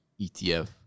ETF